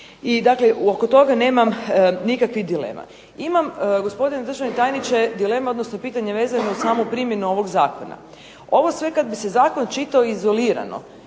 I dakle oko toga nemam nikakvih dilema. Imam gospodine državni tajniče dilema odnosno pitanje vezano uz samu primjenu ovog zakona. Ovo sve kad bi se zakon čitao izolirano